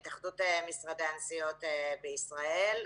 התאחדות משרדי הנסיעות בישראל,